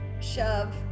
shove